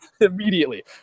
Immediately